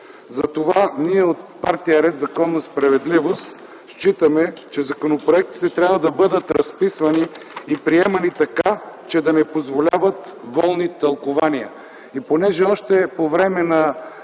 Затова ние от Партия „Ред, законност и справедливост” считаме, че законопроектите трябва да бъдат разписвани и приемани така, че да не позволяват волни тълкувания.